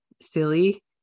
silly